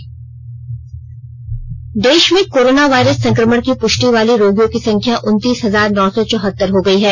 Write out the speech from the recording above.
सा न कोरोना देश में कोरोना वायरस संक्रमण की पुष्टि वाले रोगियों की संख्या उनतीस हजार नौ सौ चौहतर हो गई है